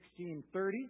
16.30